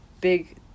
big